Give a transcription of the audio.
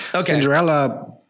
Cinderella